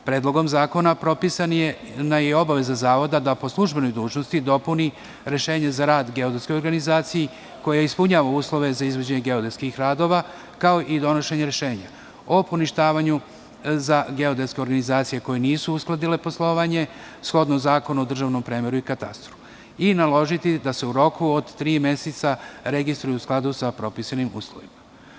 Predlogom zakona propisana je i obaveza zavoda da po službenoj dužnosti dopuni rešenje za rad geodetskoj organizaciji koja ispunjava uslove za izvođenje geodetskih radova, kao i donošenje rešenja o poništavanju, za geodetske organizacije koje nisu uskladile poslovanje, shodno Zakonu o državnom premeru i katastru, i naložiti da se u roku od tri meseca registruje u skladu sa propisanim uslovima.